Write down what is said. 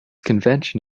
convention